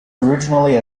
originally